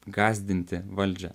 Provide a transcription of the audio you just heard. gąsdinti valdžią